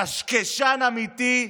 קשקשן אמיתי,